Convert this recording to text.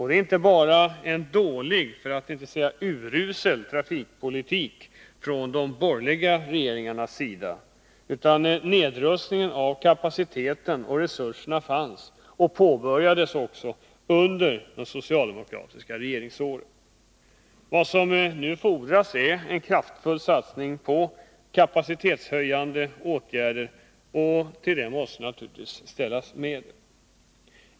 Det är inte bara ett resultat av en dålig, för att inte säga urusel trafikpolitik från de borgerliga regeringarnas sida, utan nedrustningen av kapaciteten och resurserna påbörjades under de socialdemokratiska rege ringsåren. Vad som nu fordras är en kraftfull satsning på kapacitetshöjande åtgärder, och till detta måste det ställas medel.